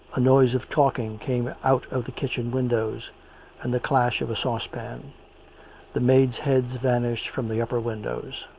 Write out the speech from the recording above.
a noise of talking came out of the kitchen windows and the clash of a saucepan the maids' heads vanished from the upper windows.